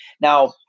Now